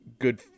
good